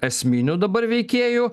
esminių dabar veikėjų